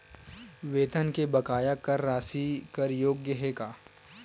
वेतन के बकाया कर राशि कर योग्य हे का?